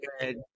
good